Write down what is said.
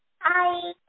hi